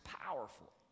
powerful